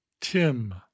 Tim